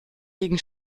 gegen